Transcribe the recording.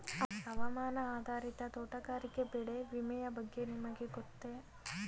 ಹವಾಮಾನ ಆಧಾರಿತ ತೋಟಗಾರಿಕೆ ಬೆಳೆ ವಿಮೆಯ ಬಗ್ಗೆ ನಿಮಗೆ ಗೊತ್ತೇ?